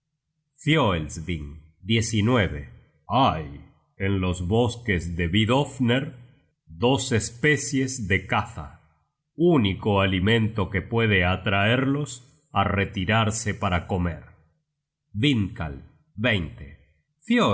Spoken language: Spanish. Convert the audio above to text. fioelsving hay en los bosques de vidofner dos es pecies de caza único alimento que pueda atraerlos á retirarse para comer